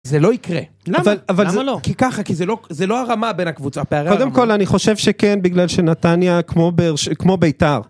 זה לא יקרה, למה לא? כי ככה, כי זה לא הרמה בין הקבוצה... קודם כל אני חושב שכן, בגלל שנתניה כמו בית"ר